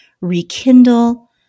rekindle